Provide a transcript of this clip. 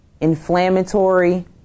inflammatory